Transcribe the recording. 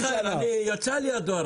מיכאל, יצא לי הדואר.